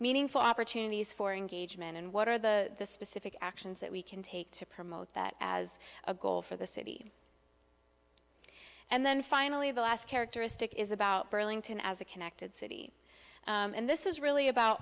opportunities for engagement and what are the specific actions that we can take to promote that as a goal for the city and then finally the last characteristic is about burlington as a connected city and this is really about